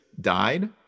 died